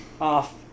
off